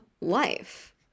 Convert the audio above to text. life